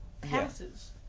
passes